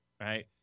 right